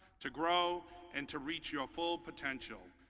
to grow and to reach your full potential.